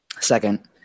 Second